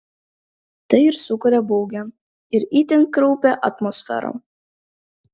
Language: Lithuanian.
tai ir sukuria baugią ir itin kraupią atmosferą